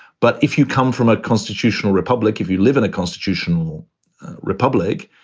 but if you come from a constitutional republic, if you live in a constitutional republic,